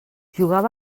jugava